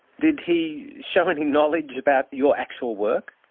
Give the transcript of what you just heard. did he show any knowledge about your actual work?